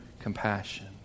compassion